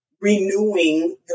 renewing